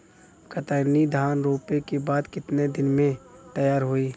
कतरनी धान रोपे के बाद कितना दिन में तैयार होई?